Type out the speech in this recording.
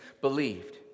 believed